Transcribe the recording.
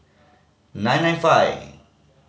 nine nine five